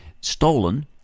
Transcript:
stolen